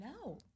no